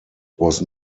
was